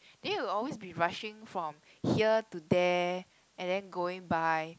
then you'll always be rushing from here to there and then going by